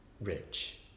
rich